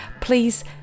please